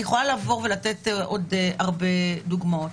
אני יכולה לעבור ולתת עוד הרבה דוגמאות.